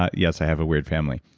ah yes, i have a weird family.